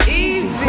easy